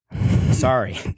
Sorry